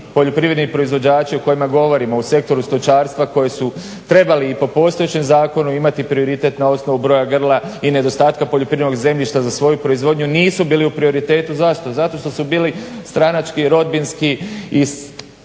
poljoprivredni proizvođači o kojima govorimo u sektoru stočarstva koji su trebali po postojećem zakonu imati prioritet na osnovu broja grla i nedostatka poljoprivrednog zemljišta za svoju proizvodnju nisu bili u prioritetu. Zašto? Zato što su bili stranački, rodbinski i slični